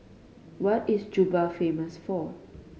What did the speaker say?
what is Juba famous for